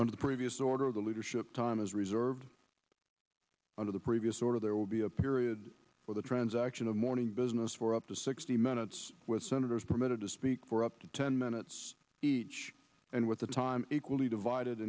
and previous order the leadership time is reserved under the previous order there will be a period for the transaction of morning business for up to sixty minutes with senators permitted to speak for up to ten minutes each and with the time equally divided